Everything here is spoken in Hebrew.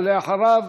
ואחריו,